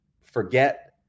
forget